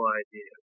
idea